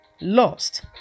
Lost